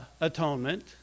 atonement